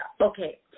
Okay